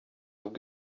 ubwo